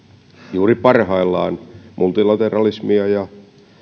juuri parhaillaan multilateralismia ja